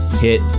hit